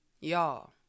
Y'all